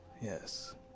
yes